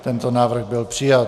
Tento návrh byl přijat.